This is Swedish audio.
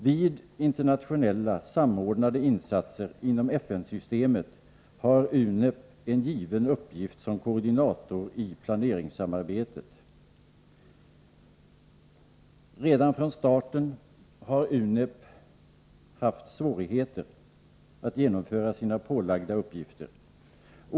Vid internationella, samordnade insatser inom FN-systemet har UNEP en given uppgift som koordinator i planeringsarbetet. Redan från starten har UNEP haft svårigheter att genomföra de uppgifter organisationen fått sig pålagda.